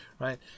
right